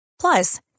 Plus